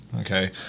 Okay